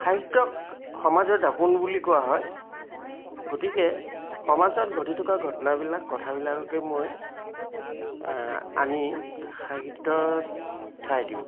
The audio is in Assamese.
সাহিত্যক সমাজৰ দাপোন বুলি কোৱা হয় গতিকে সমাজত ঘটি থকা ঘটনাবিলাক কথাবিলাককে মই আনি সাহিত্যৰ ঠাই দিওঁ